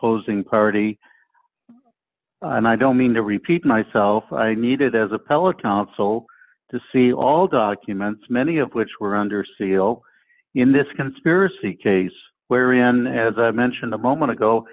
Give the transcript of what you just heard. opposing party and i don't mean to repeat myself i needed as appellate counsel to see all documents many of which were under seal in this conspiracy case wherein as i mentioned a moment ago